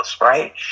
right